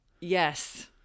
Yes